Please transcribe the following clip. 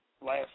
last